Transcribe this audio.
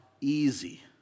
easy